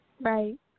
Right